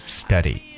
study